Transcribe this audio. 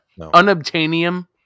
Unobtainium